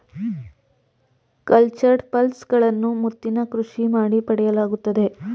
cultured pearls ಗಳನ್ನು ಮುತ್ತಿನ ಕೃಷಿ ಮಾಡಿ ಪಡೆಯಲಾಗುತ್ತದೆ